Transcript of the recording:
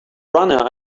runner